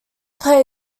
play